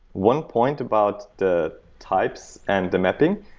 one point about the types and the mapping,